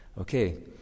Okay